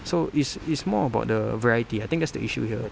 so it's it's more about the variety I think that's the issue here